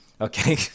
Okay